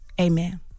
Amen